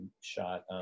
shot